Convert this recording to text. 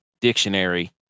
dictionary